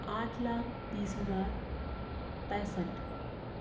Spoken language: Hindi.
आठ लाख बीस हजार पैसठ